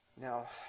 Now